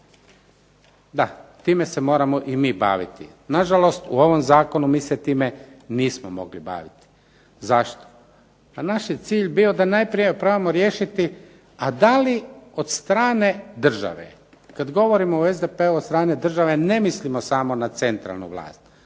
Da, time se moramo i mi baviti. Nažalost, u ovom zakonu mi se time nismo mogli baviti. Zašto? Naš je cilj je bio da najprije probamo riješiti a da li od strane države, kad govorimo o SDP-u od strane države ne mislimo samo na centralnu vlast,